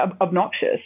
obnoxious